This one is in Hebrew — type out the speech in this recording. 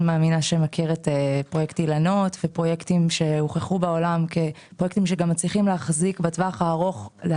שאתה מכיר את פרויקט אילנות ופרויקטים אחרים שמצליחים גם להביא